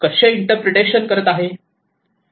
कसे इंटरप्रिटेशन करत आहे